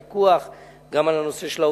גם בנושא של הפיקוח,